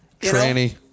Tranny